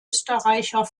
österreicher